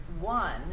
one